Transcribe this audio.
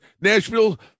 Nashville